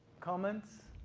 comments?